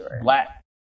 black